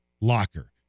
locker